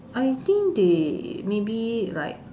I think they maybe like